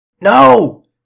No